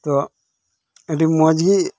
ᱛᱚ ᱟᱹᱰᱤ ᱢᱚᱡᱽ ᱜᱮ